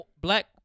black